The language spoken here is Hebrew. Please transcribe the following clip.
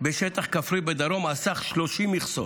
בשטח כפרי בדרום על סך 30 מכסות,